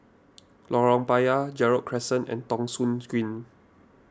Lorong Payah Gerald Crescent and Thong Soon Green